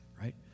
right